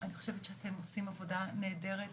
אני חושבת שאתם עושים עבודה נהדרת.